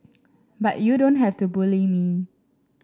but you don't have to bully me